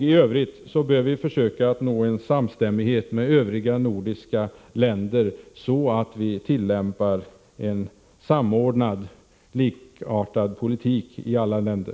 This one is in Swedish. I övrigt bör vi försöka nå samstämmighet med övriga nordiska länder, så att vi tillämpar en samordnad, likartad politik i alla länder.